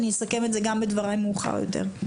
אני אסכם את זה גם בדבריי מאוחר יותר.